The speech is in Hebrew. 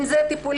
אם זה טיפולים,